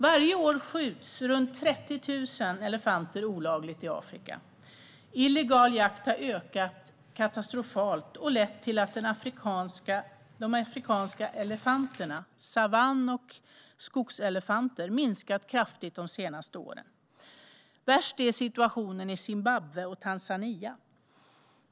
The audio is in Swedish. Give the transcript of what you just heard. Varje år skjuts runt 30 000 elefanter olagligt i Afrika. Den illegala jakten har ökat katastrofalt och lett till att de afrikanska elefanterna, savann och skogselefanter, har minskat kraftigt de senaste åren. Värst är situationen i Zimbabwe och Tanzania.